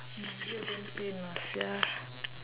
my ear damn pain lah sia